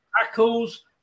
tackles